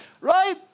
right